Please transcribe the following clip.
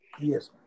Yes